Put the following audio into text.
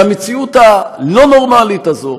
והמציאות הלא-נורמלית הזאת,